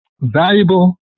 valuable